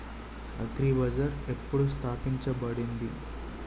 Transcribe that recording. Agri bazaar ఎప్పుడు స్థాపించబడింది?